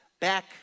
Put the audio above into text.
back